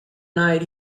night